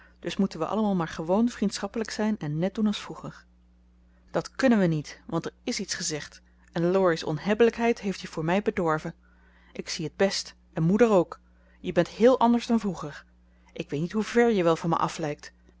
dus moeten wij allemaal maar gewoon vriendschappelijk zijn en net doen als vroeger dat kunnen we niet want er is iets gezegd en laurie's onhebbelijkheid heeft je voor mij bedorven ik zie het best en moeder ook je bent heel anders dan vroeger ik weet niet hoever je wel van me af lijkt